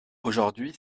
aujourd’hui